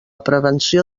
prevenció